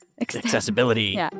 accessibility